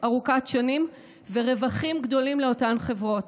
ארוכת שנים ורווחים גדולים לאותן חברות.